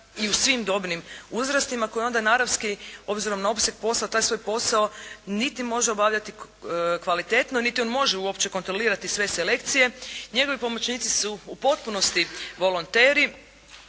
i u svim dobnim uzrastima, koji onda naravski obzirom na opseg posla, taj svoj posao, niti može obavljati kvalitetno, niti on može uopće kontrolirati sve selekcije. Njegovi pomoćnici su u potpunosti volonteri.